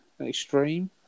Extreme